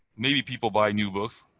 maybe people buy new books,